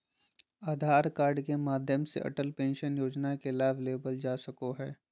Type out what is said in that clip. आधार card के माध्यम से अटल पेंशन योजना के लाभ लेवल जा सको हय